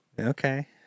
Okay